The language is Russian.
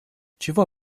чего